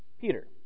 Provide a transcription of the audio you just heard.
Peter